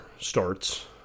starts